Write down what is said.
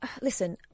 Listen